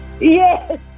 Yes